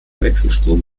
wechselstrom